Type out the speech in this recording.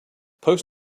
post